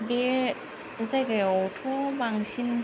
बे जायगायावथ' बांसिन